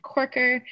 Corker